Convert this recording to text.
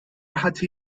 hatte